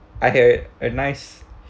I had a nice